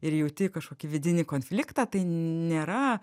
ir jauti kažkokį vidinį konfliktą tai nėra